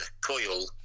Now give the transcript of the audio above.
coil